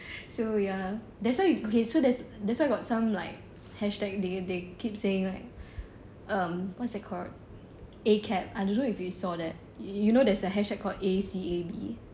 so ya that's why okay so there's that's why got some like hashtag they they keep saying like um what's that called ACAB you know there's a hashtag called A C A B